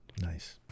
Nice